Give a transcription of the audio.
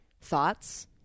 thoughts